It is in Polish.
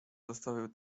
zostawił